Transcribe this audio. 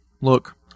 look